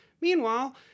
meanwhile